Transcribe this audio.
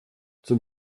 zum